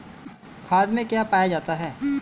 खाद में क्या पाया जाता है?